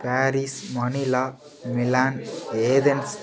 Paris Manila Milan Athens